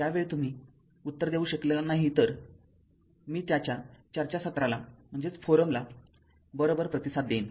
त्यावेळी तुम्ही उत्तर देऊ शकला नाही तर मी त्याच्या चर्चासत्राला बरोबर प्रतिसाद देईन